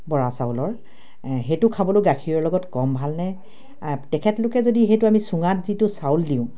বৰা চাউলৰ সেইটো খাবলৈ গাখীৰৰ লগত কম ভালনে তেখেতলোকে যদি সেইটো আমি চুঙাত যিটো চাউল দিওঁ